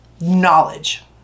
knowledge